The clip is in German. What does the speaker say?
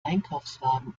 einkaufswagen